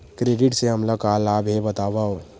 Credit से हमला का लाभ हे बतावव?